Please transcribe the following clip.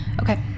Okay